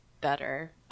better